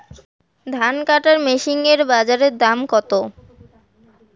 ধান কাটার মেশিন এর বাজারে দাম কতো?